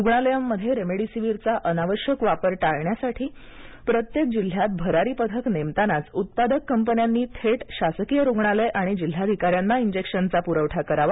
रुग्णालयांमध्ये रेमडीसीवीरचा अनावश्यक वापर टाळण्यासाठी प्रत्येक जिल्ह्यात भरारी पथक नेमतानाच उत्पादक कंपन्यांनी थेट शासकीय रुग्णालय आणि जिल्हाधिकाऱ्यांना इंजेक्शनचा प्रवठा करावा